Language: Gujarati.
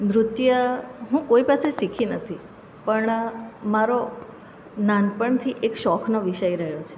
નૃત્ય હું કોઈ પાસે શીખી નથી પણ મારો નાનપણથી એક શોખનો વિષય રહ્યો છે